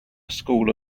school